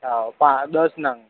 હોવ પાં દસ નંગ